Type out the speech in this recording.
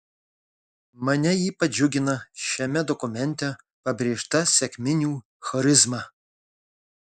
mane ypač džiugina šiame dokumente pabrėžta sekminių charizma